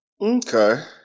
okay